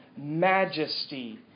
majesty